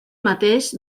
mateix